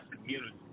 community